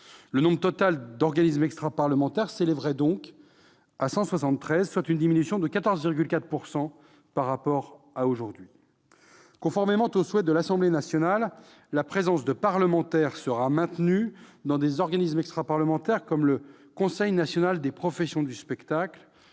Le nombre total d'organismes extraparlementaires devrait s'élever, demain, à 173, soit une diminution de 14,4 % par rapport à aujourd'hui. Conformément au souhait de l'Assemblée nationale, la présence de parlementaires sera maintenue dans des organismes extraparlementaires comme le Conseil national des professions du spectacle,